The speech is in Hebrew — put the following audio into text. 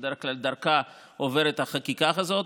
שבדרך כלל דרכה עוברת החקיקה הזאת,